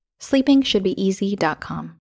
sleepingshouldbeeasy.com